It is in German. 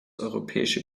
europäische